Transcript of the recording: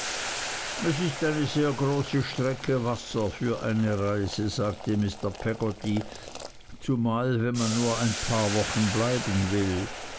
es ist eine große strecke wasser für eine reise sagte mr peggotty zumal wenn man nur ein paar wochen bleiben will